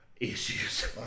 Issues